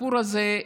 הסיפור הזה,